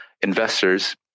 investors